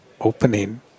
Opening